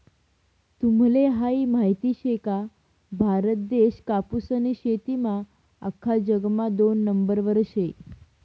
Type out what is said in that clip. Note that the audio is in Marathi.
तुम्हले हायी माहित शे का, भारत देश कापूसनी शेतीमा आख्खा जगमा दोन नंबरवर शे